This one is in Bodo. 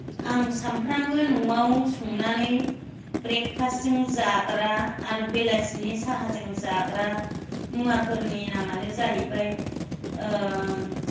आं सामफ्रामबो नआव संनानै ब्रेकफास्तजों जाग्रा आरो बेलासिनि साहाजों जाग्रा मुवाफोरनि नामानो जाहैबाय